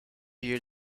year